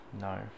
No